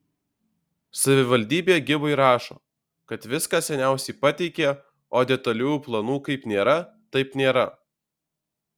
savivaldybė gibui rašo kad viską seniausiai pateikė o detaliųjų planų kaip nėra taip nėra